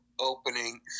opening